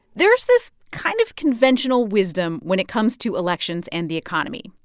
there's this kind of conventional wisdom when it comes to elections and the economy.